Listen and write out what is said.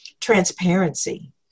transparency